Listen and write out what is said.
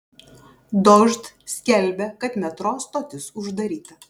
dožd skelbia kad metro stotis uždaryta